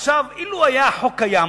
עכשיו, אילו היה החוק קיים,